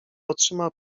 otrzyma